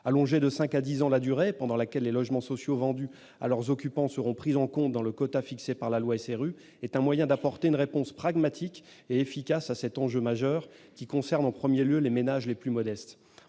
Allonger de cinq à dix ans la durée pendant laquelle des logements sociaux vendus à leurs occupants seront pris en compte dans le quota fixé par la loi SRU est un moyen d'apporter une réponse pragmatique et efficace à cet enjeu majeur, qui concerne en premier lieu les ménages les plus modestes.